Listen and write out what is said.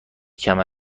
کمر